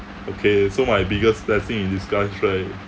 okay so my biggest blessing in disguise right